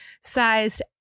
sized